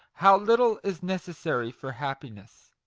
how little is necessary for happi ness